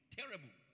terrible